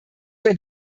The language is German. wenn